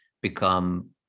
become